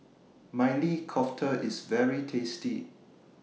Maili Kofta IS very tasty